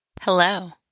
Hello